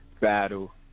battle